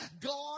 God